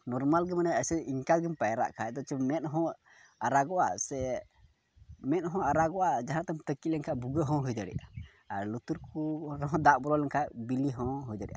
normal ᱫᱚ ᱢᱟᱱᱮ ᱮᱭᱥᱮ ᱤᱱᱠᱟ ᱜᱮᱢ ᱯᱟᱭᱨᱟᱜ ᱠᱷᱟᱡ ᱵᱚᱨᱪᱚᱝ ᱢᱮᱫ ᱦᱚᱸ ᱟᱨᱟᱜᱚᱜᱼᱟ ᱥᱮ ᱢᱮᱫ ᱦᱚᱸ ᱟᱨᱟᱜᱚᱜᱼᱟ ᱡᱟᱦᱟᱸ ᱛᱮᱢ ᱛᱟᱹᱠᱤᱡ ᱞᱮᱱᱠᱷᱟᱡ ᱵᱷᱩᱜᱟᱹᱜ ᱦᱚᱸ ᱦᱩᱭ ᱫᱟᱲᱮᱭᱟᱜᱼᱟ ᱟᱨ ᱞᱩᱛᱩᱨ ᱠᱚ ᱚᱸᱰᱮ ᱦᱚᱸ ᱫᱟᱜ ᱵᱚᱞᱚ ᱞᱮᱱᱠᱷᱟᱡ ᱵᱤᱞᱤ ᱦᱚᱸ ᱦᱩᱭ ᱫᱟᱲᱮᱭᱟᱜᱼᱟ